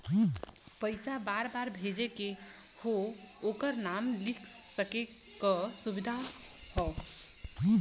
पइसा बार बार भेजे के हौ ओकर नाम लिख सके क सुविधा हौ